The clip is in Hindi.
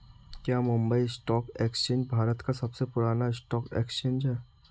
क्या मुंबई स्टॉक एक्सचेंज भारत का सबसे पुराना स्टॉक एक्सचेंज है?